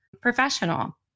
professional